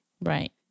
Right